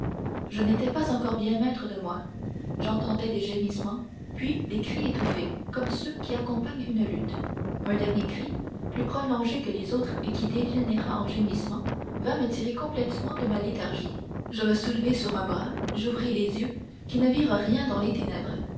je n'étais pas encore bien maître de moi j'entendais des gémissements puis des cris étouffés comme ceux qui accompagnent une lutte un dernier cri plus prolongé que les autres et qui dégénéra en gémissements vint me tirer complètement de ma léthargie je me soulevai sur un bras j'ouvris les yeux qui ne virent rien dans les ténèbres